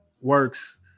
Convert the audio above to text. works